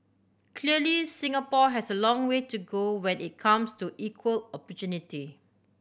clearly Singapore has a long way to go when it comes to equal opportunity